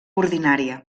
ordinària